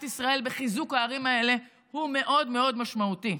ישראל בחיזוק הערים האלה הוא מאוד מאוד משמעותי.